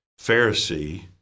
Pharisee